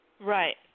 Right